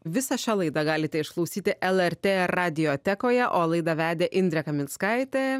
visą šią laidą galite išklausyti lrt radiotekoje o laidą vedė indrė kaminskaitė